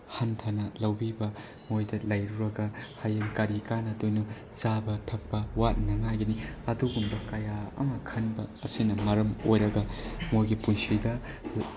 ꯍꯟꯊꯅ ꯂꯧꯕꯤꯕ ꯃꯣꯏꯗ ꯂꯩꯔꯨꯔꯒ ꯍꯌꯦꯡ ꯀꯔꯤ ꯀꯥꯟꯅꯗꯣꯏꯅꯣ ꯆꯥꯕ ꯊꯛꯄ ꯋꯥꯠꯅꯉꯥꯏꯒꯤꯅꯤ ꯑꯗꯨꯒꯨꯝꯕ ꯀꯌꯥ ꯑꯃ ꯈꯟꯕ ꯑꯁꯤꯅ ꯃꯔꯝ ꯑꯣꯏꯔꯒ ꯃꯣꯏꯒꯤ ꯄꯨꯟꯁꯤꯗ